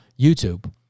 YouTube